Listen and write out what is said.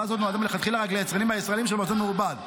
הוראה זו נועדה מלכתחילה רק ליצרנים הישראליים של מזון מעובד,